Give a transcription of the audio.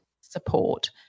support